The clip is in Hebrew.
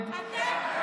נגד אתם,